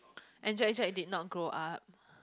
and Jack Jack did not grow up